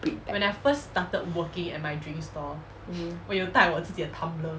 big bag mmhmm